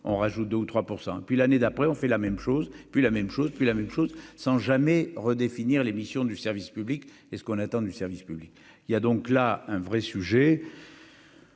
on rajoute 2 ou 3 % et puis l'année d'après, on fait la même chose, puis la même chose que la même chose sans jamais redéfinir les missions du service public et ce qu'on attend du service public, il y a donc là un vrai sujet.